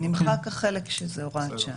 נמחק החלק שזו הוראת שעה.